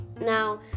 Now